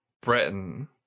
Britain